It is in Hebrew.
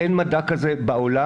אין מדע כזה בעולם.